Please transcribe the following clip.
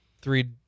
three